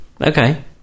Okay